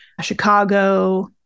Chicago